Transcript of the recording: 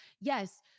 yes